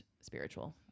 spiritual